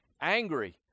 angry